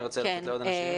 אני רוצה לתת לעוד אנשים.